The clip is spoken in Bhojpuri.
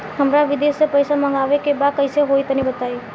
हमरा विदेश से पईसा मंगावे के बा कइसे होई तनि बताई?